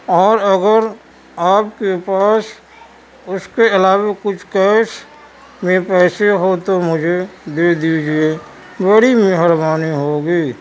اور اگر آپ کے پاس اس کے علاوہ کچھ کیش میں پیسے ہو تو مجھے دے دیجیے بڑی مہربانی ہوگی